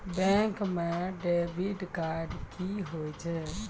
Bank म debit card की होय छै?